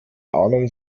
ahnung